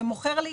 שמוכר לי